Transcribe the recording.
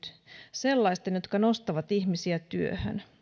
sellaisten jotka nostavat ihmisiä työhön